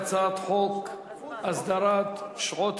הצעת החוק תועבר לוועדת העבודה,